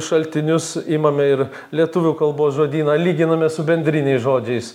šaltinius imame ir lietuvių kalbos žodyną lyginame su bendriniais žodžiais